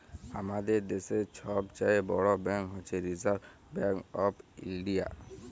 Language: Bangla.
আমাদের দ্যাশের ছব চাঁয়ে বড় ব্যাংক হছে রিসার্ভ ব্যাংক অফ ইলডিয়া